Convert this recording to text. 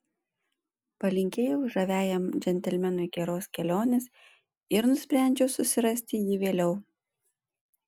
palinkėjau žaviajam džentelmenui geros kelionės ir nusprendžiau susirasti jį vėliau